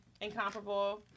incomparable